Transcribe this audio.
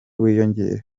wiyongere